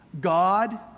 God